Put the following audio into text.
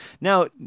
Now